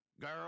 Girl